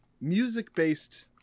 music-based